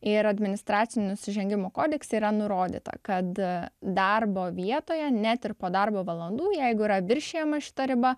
ir administracinių nusižengimų kodekse yra nurodyta kad darbo vietoje net ir po darbo valandų jeigu yra viršijama šita riba